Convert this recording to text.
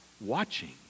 watching